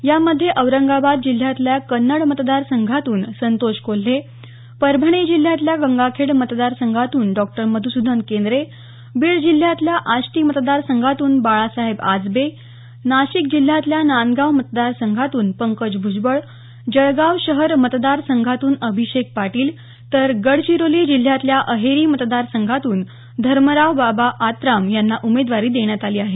यामध्ये औरंगाबाद जिल्ह्यातल्या कन्नड मतदार संघातून संतोष कोल्हे परभणी जिल्ह्यातल्या गंगाखेड मतदार संघातून डॉ मधुसूदन केंद्रे बीड जिल्ह्यातल्या आष्टी मतदार संघातून बाळासाहेब आजबे नाशिक जिल्ह्यातल्या नांदगाव मतदार संघातून पंकज भूजबळ जळगाव शहर मतदार संघातून अभिषेक पाटील तर गडचिरोली जिल्ह्यातल्या अहेरी मतदार संघातून धर्मरावबाबा आत्राम यांना उमेदवारी देण्यात आली आहे